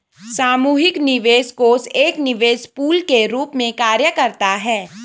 सामूहिक निवेश कोष एक निवेश पूल के रूप में कार्य करता है